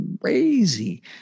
crazy